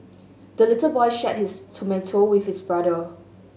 the little boy shared his tomato with his brother